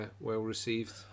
well-received